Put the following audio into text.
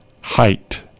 Height